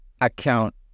account